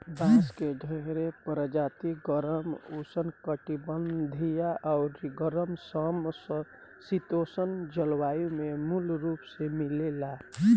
बांस के ढेरे प्रजाति गरम, उष्णकटिबंधीय अउरी गरम सम शीतोष्ण जलवायु में मूल रूप से मिलेला